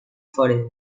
forever